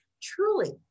truly